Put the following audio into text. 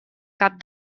cap